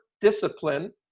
discipline